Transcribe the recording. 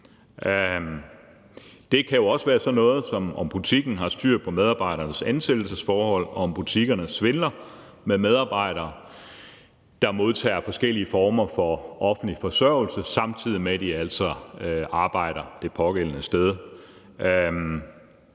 Det kan jo også være sådan med, om butikkerne har styr på medarbejdernes ansættelsesforhold, og om butikkerne svindler med medarbejdere, der modtager forskellige former for offentlig forsørgelse, samtidig med at de altså arbejder det pågældende sted.